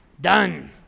Done